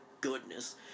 goodness